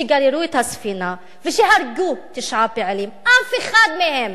שגררו את הספינה ושהרגו תשעה פעילים, אף אחד מהם